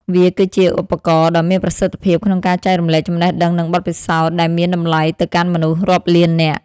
វាគឺជាឧបករណ៍ដ៏មានប្រសិទ្ធភាពក្នុងការចែករំលែកចំណេះដឹង និងបទពិសោធន៍ដែលមានតម្លៃទៅកាន់មនុស្សរាប់លាននាក់។